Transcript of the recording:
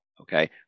okay